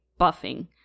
buffing